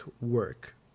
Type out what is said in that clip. work